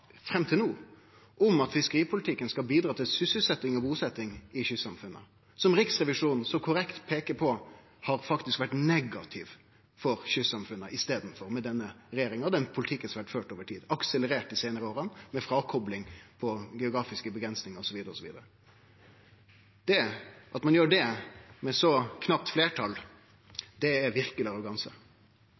fram til no, om at fiskeripolitikken skal bidra til sysselsetjing og busetjing i kystsamfunna, og som – som Riksrevisjonen så korrekt peiker på – i staden faktisk har vore negativ for kystsamfunna med denne regjeringa og den politikken som har vore ført over tid. Og det har akselerert dei seinare åra med fråkopling, geografiske avgrensingar, osv., osv. At ein gjer det – med eit så knapt fleirtal – det er verkeleg